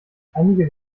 einige